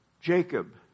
Jacob